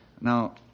Now